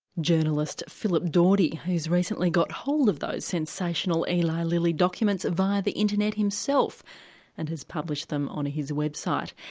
journalist philip dawdy, who's recently got hold of those sensational eli lilly documents via the internet himself and has published them on his website.